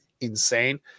insane